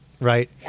Right